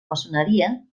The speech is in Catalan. maçoneria